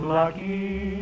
lucky